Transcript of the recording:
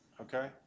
Okay